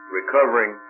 recovering